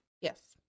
Yes